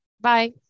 Bye